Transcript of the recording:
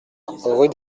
rue